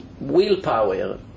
willpower